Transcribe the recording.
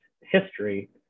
history